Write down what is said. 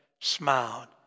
smiled